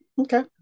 Okay